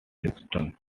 system